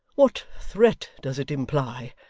what threat does it imply?